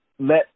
let